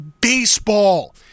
baseball